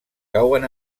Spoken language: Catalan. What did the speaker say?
cauen